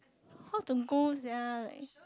how to go sia like